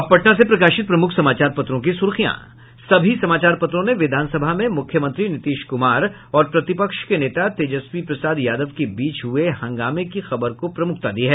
अब पटना से प्रकाशित प्रमुख समाचार पत्रों की सुर्खियां सभी समाचार पत्रों ने विधानसभा में मुख्यमंत्री नीतीश कुमार और प्रतिपक्ष के नेता तेजस्वी प्रसाद यादव के बीच हुये हंगामे की खबर को प्रमुखता दी है